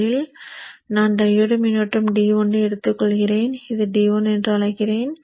முதலில் நான் டையோடு மின்னோட்ட D1 ஐ எடுத்துக்கொள்கிறேன் இதை D1 என்று அழைக்கிறேன்